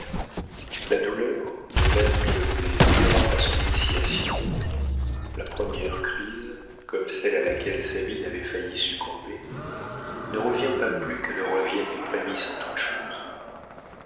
la douleur de même que le plaisir a son initiation la première crise comme celle à laquelle sabine avait failli succomber ne revient pas plus que ne reviennent les prémices en toute chose